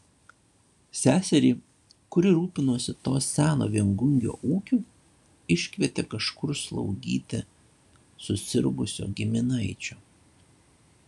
seserį kuri rūpinosi to seno viengungio ūkiu iškvietė kažkur slaugyti susirgusio giminaičio